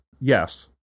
yes